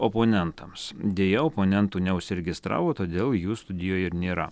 oponentams deja oponentų neužsiregistravo todėl jų studijoje ir nėra